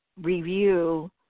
review